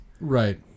Right